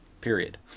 period